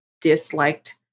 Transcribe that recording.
disliked